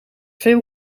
veel